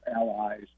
allies